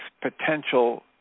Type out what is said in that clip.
potential